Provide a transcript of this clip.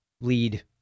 lead